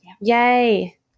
yay